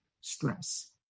stress